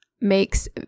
makes